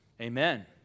amen